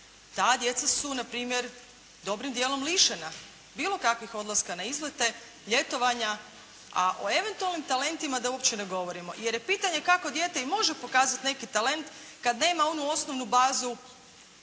ta djeca su na primjer dobrim dijelom lišena bilo kakvih odlaska na izlete, ljetovanja, a o eventualnim talentima da uopće ne govorimo jer je pitanje kako dijete i može pokazati neki talent kad nema onu osnovnu bazu